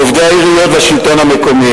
עובדי העיריות והשלטון המקומי,